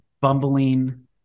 bumbling